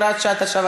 הוראת שעה),